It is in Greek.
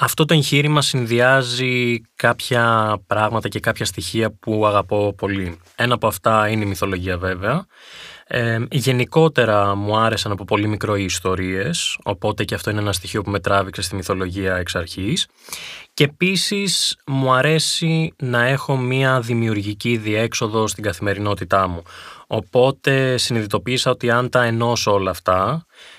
Αυτό το εγχείρημα συνδυάζει κάποια πράγματα και κάποια στοιχεία που αγαπώ πολύ. Ένα από αυτά είναι η μυθολογία, βέβαια. Ε, γενικότερα, μου άρεσαν από πολύ μικρό οι ιστορίες, οπότε και αυτό είναι ένα στοιχείο που με τράβηξε στη μυθολογία εξ αρχής. Και επίσης, μου αρέσει να έχω μία δημιουργική διέξοδο στην καθημερινότητά μου. Οπότε, συνειδητοποίησα ότι αν τα ενώσω όλα αυτά,